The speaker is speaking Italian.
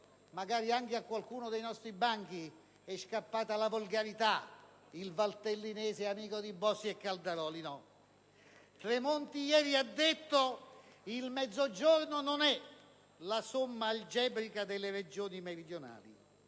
magari anche a qualcuno seduto sui nostri banchi, è scappata la volgarità: il valtellinese amico di Bossi e Calderoli. No, Tremonti ieri ha detto: il Mezzogiorno non è la somma algebrica delle Regioni meridionali;